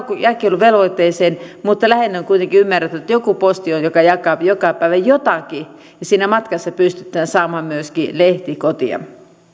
jakeluvelvoitteeseen lähinnä on kuitenkin ymmärrettävä että joku posti on joka jakaa joka päivä jotakin ja siinä matkassa pystytään saamaan myöskin lehti kotiin